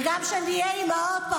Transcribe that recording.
אהבת ישראל עומדת --- מיכל,